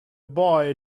boy